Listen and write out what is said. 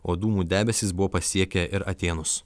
o dūmų debesys buvo pasiekę ir atėnus